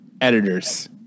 editors